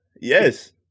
yes